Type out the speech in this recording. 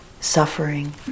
suffering